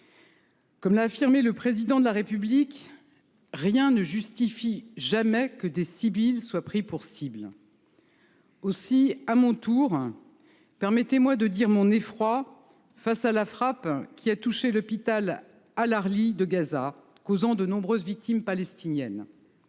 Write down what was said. Comme l’a affirmé le Président de la République, rien ne justifie jamais que des civils soient pris pour cible. Aussi, à mon tour, permettez moi de dire mon effroi face à la frappe qui a touché l’hôpital al Ahli de Gaza, causant de nombreuses victimes palestiniennes.